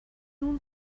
اون